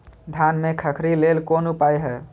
धान में खखरी लेल कोन उपाय हय?